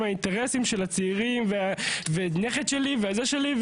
האינטרסים של הצעירים והנכד שלי והזה שלי,